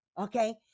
okay